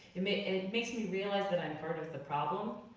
it makes and makes me realize that i'm part of the problem,